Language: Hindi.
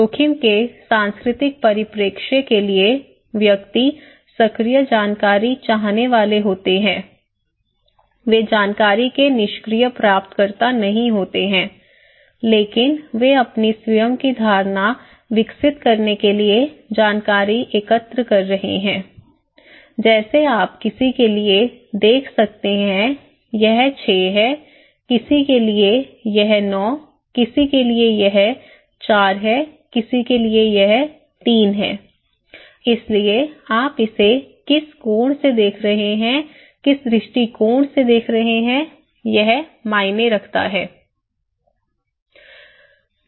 जोखिम के सांस्कृतिक परिप्रेक्ष्य के लिए व्यक्ति सक्रिय जानकारी चाहने वाले होते हैं वे जानकारी के निष्क्रिय प्राप्तकर्ता नहीं होते हैं लेकिन वे अपनी स्वयं की धारणा विकसित करने के लिए जानकारी एकत्र करते हैं जैसे आप किसी के लिए देख सकते हैं यह 6 है किसी के लिए यह है 9 किसी के लिए यह 4 है किसी के लिए यह 3 है इसलिए आप इसे किस कोण से देख रहे हैं किस दृष्टिकोण से देख रहे हैं यह मायने रखता है